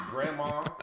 grandma